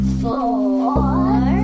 four